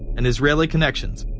and israeli connections,